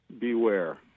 Beware